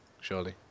surely